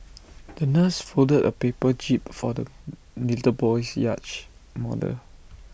the nurse folded A paper jib for the little boy's yacht model